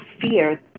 fear